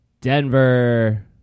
Denver